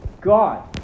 God